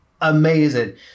amazing